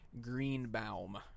Greenbaum